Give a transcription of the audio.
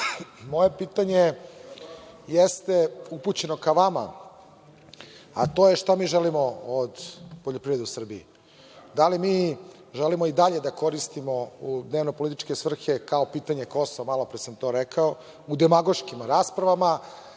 pitanje jeste upućeno ka vama, a to je šta mi želimo od poljoprivrede u Srbiji? Da li mi želimo i dalje da koristimo u dnevnopolitičke svrhe kao pitanje Kosova, malopre sam to rekao, u demagoškim raspravama,